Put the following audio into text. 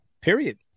period